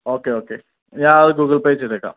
okay okay ഞാനത് Google Pay ചെയ്തേക്കാം